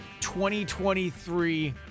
2023